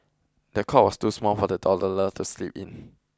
the cot was too small for the toddler to sleep in